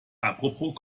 apropos